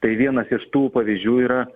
tai vienas iš tų pavyzdžių yra